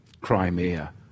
Crimea